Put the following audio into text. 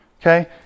Okay